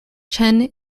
chen